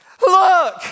Look